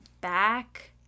back